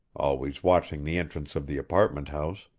always watching the entrance of the apartment house,